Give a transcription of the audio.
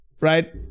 right